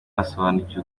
basobanuriwe